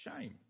Shame